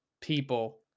people